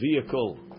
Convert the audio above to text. vehicle